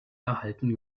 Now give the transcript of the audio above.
erhalten